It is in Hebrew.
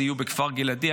סיירו בכפר גלעדי.